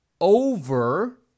over